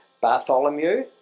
Bartholomew